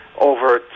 over